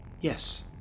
Yes